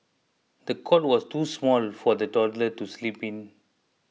the cot was too small for the toddler to sleep in